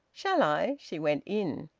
shall i? she went in.